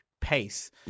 pace